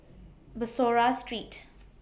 Bussorah Street